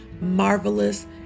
marvelous